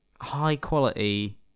high-quality